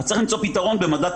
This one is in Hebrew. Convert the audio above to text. אז צריך למצוא פתרון במדד פיזור.